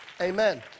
amen